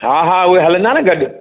हा हा उहे हलंदा न गॾु